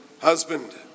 husband